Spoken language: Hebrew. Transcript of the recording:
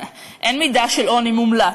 אין מידה של עוני מומלץ,